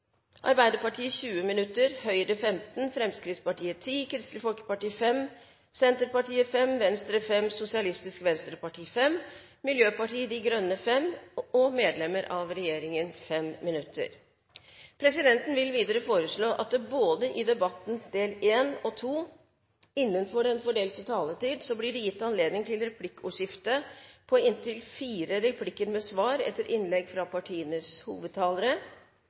Arbeiderpartiet 20 minutter, Høyre 15 minutter, Fremskrittspartiet 10 minutter, Kristelig Folkeparti 5 minutter, Senterpartiet 5 minutter, Venstre 5 minutter, Sosialistisk Venstreparti 5 minutter, Miljøpartiet De Grønne 5 minutter og medlemmer av regjeringen 5 minutter. Videre vil presidenten foreslå at det både i debattens del 1 og i debattens del 2 blir gitt anledning til replikkordskifte på inntil fire replikker med svar etter innlegg fra partienes hovedtalere